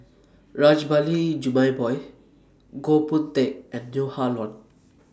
Rajabali Jumabhoy Goh Boon Teck and Neo Ah Luan